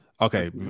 Okay